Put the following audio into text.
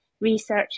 research